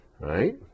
Right